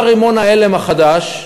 מה רימון ההלם החדש?